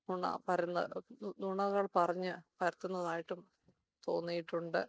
നുണ പരന്നു നുണകൾ പറഞ്ഞു പരത്തുന്നതായിട്ടും തോന്നിയിട്ടുണ്ട്